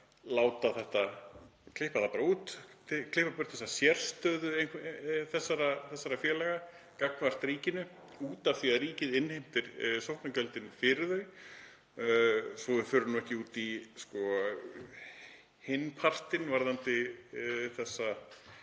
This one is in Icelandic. klippa það út, klippa burt sérstöðu þessara félaga gagnvart ríkinu af því að ríkið innheimtir sóknargjöldin fyrir þau, svo við förum nú ekki út í hinn partinn varðandi þessa